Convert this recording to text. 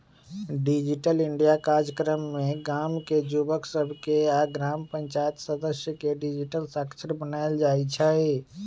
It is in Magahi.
डिजिटल इंडिया काजक्रम में गाम के जुवक सभके आऽ ग्राम पञ्चाइत सदस्य के डिजिटल साक्षर बनाएल जाइ छइ